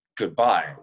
goodbye